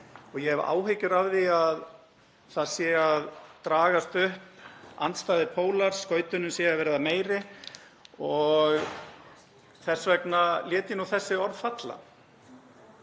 og ég hef áhyggjur af því að það séu að dragast upp andstæðir pólar, að skautunin sé að verða meiri. Þess vegna lét ég þessi orð falla.